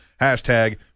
Hashtag